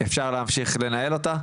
אפשר להמשיך לנהל אותה,